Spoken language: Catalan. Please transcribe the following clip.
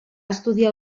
estudiar